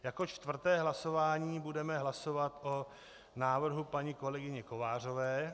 Jako čtvrté hlasování budeme hlasovat o návrhu paní kolegyně Kovářové.